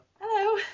Hello